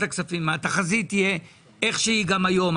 הכספים והתחזית תהיה איך שהיא גם היום,